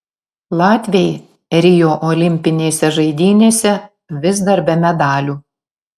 latviai rio olimpinėse žaidynėse vis dar be medalių